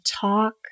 talk